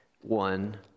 One